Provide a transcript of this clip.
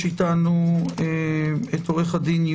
יש אתנו חברנו שי גל מהסתדרות העובדים החדשה ופרפ' חגי לוין,